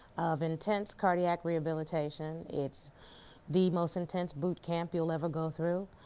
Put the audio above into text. of intense cardiac rehabilitation. it's the most intense bootcamp you'll ever go through.